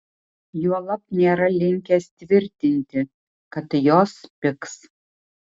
juolab nėra linkęs tvirtinti kad jos pigs